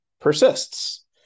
persists